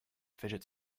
fidget